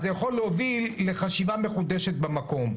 זה יכול להוביל לחשיבה מחודשת במקום.